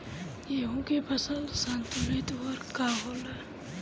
गेहूं के फसल संतुलित उर्वरक का होला?